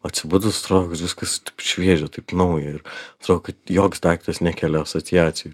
atsibudus atrodo kad viskas šviežia taip nauja ir atro kad joks daiktas nekelia asociacijų